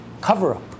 cover-up